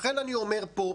לכן אני אומר פה,